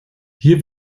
hier